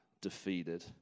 defeated